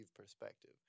perspective